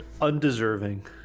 undeserving